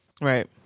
Right